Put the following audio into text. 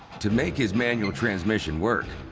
to make his manual transmission work,